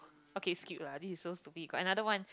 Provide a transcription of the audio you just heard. okay skip lah this is so stupid I got another one